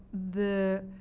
the